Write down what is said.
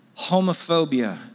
homophobia